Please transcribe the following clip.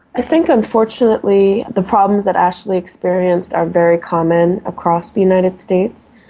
i think unfortunately the problems that ashley experienced are very common across the united states.